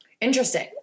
Interesting